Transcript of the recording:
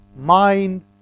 mind